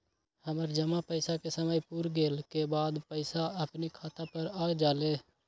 हमर जमा पैसा के समय पुर गेल के बाद पैसा अपने खाता पर आ जाले?